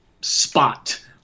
spot